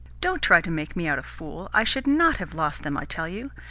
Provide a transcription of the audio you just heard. don't try to make me out a fool. i should not have lost them, i tell you.